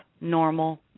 normal